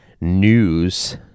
news